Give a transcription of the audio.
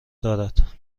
دارد